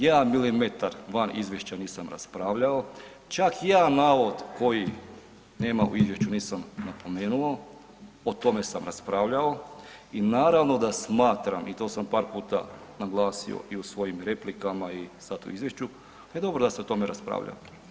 Ja milimetar van izvješća nisam raspravljao, čak jedan navod koji nema u izvješću, nisam napomenuo, o tome sam raspravljao i naravno da smatram i to sam par puta naglasio i u svojim replikama i sad u izvješću, da je dobro da se o tome raspravlja.